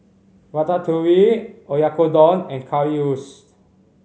Ratatouille Oyakodon and Currywurst